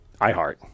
iheart